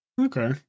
Okay